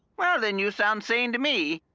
well, then you sound sane to me.